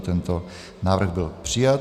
Tento návrh byl přijat.